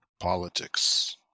politics